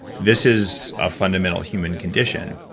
this is a fundamental human condition.